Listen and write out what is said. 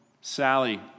Sally